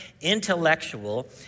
intellectual